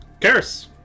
Karis